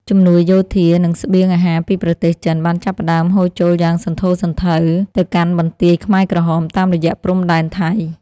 ជំនួយយោធា និងស្បៀងអាហារពីប្រទេសចិនបានចាប់ផ្ដើមហូរចូលយ៉ាងសន្ធោសន្ធៅទៅកាន់បន្ទាយខ្មែរក្រហមតាមរយៈព្រំដែនថៃ។